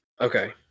Okay